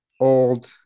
old